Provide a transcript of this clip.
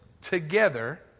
together